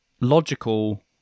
logical